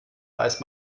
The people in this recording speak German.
weiß